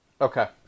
Okay